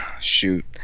shoot